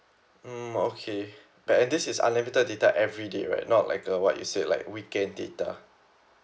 mm okay but and this is unlimited data everyday right not like uh what you said like weekend data